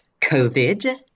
COVID